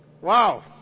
Wow